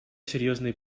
серьезные